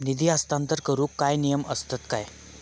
निधी हस्तांतरण करूक काय नियम असतत काय?